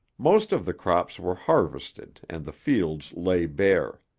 most of the crops were harvested and the fields lay bare.